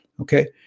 Okay